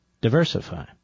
diversify